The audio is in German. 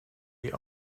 die